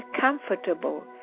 comfortable